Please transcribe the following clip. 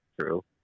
true